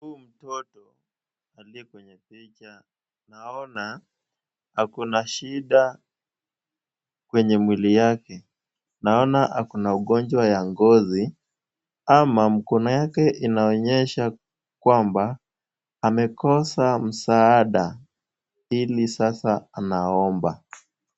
Huyu mtoto aliye kwenye picha, naona ako na shida kwenye mwili wake. Naona ako na ugonjwa wa ngozi ama mkono yake, inaonyesha kwamba, amekosa msaada. Hili sasa anaomba.